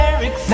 Eric